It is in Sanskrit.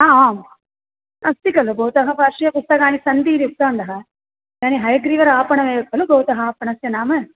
आम् आम् अस्ति खलु भवतः पार्श्वे पुस्तकानि सन्ति इति उक्तवन्तः इदानीं हयग्रीवः आपणमेव खलु भवतः आपणस्य नाम